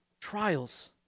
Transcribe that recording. trials